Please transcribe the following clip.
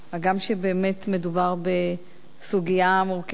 הגם שבאמת מדובר בסוגיה מורכבת,